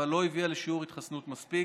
אבל לא הביאה לשיעור התחסנות מספיק.